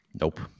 Nope